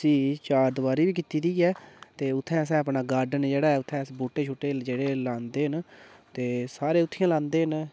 ओह्दी चारद्वारी बी कीती दी ऐ ते उ'त्थें असें अपना गार्डन जेह्ड़ा ऐ उ'त्थें बूह्टे शूह्टे जेह्ड़े लांदे न ते सारे उ'त्थें लांदे न